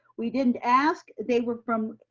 we didn't ask they were from,